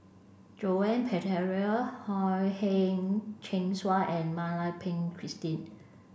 Joan Pereira Ha Heng Cheng Swa and Mak Lai Peng Christine